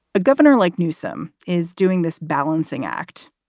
a governor like newsome is doing this balancing act.